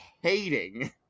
hating